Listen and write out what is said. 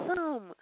awesome